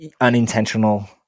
unintentional